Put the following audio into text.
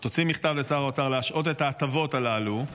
תוציא מכתב לשר האוצר, להשעות את ההטבות הללו.